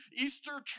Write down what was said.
Easter